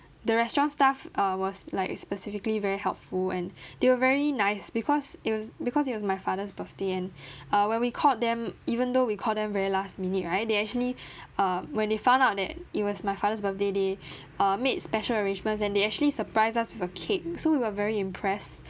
the restaurant staff uh was like specifically very helpful and they were very nice because it was because it was my father's birthday and uh when we called them even though we called them very last minute right they actually uh when they found out that it was my father's birthday they uh made special arrangements and they actually surprise us with a cake so we were very impressed